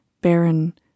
barren